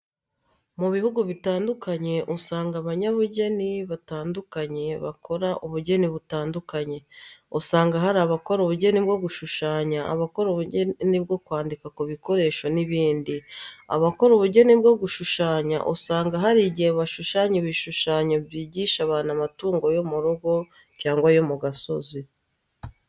Mu bihugu bitandukanye usangayo abanyabugeni batandukanye bakora ubugeni butandukanye. Usanga hari abakora ubugeni bwo gushushanya, abakora ubugeni bwo kwandika kubikoresho n'ibindi. Abakora ubugeni bwo gushushanya usanga hari igihe bashushanya ibishushanyo byigisha abantu amatungo yo mu rugo cyangwa ayo mu gasozi.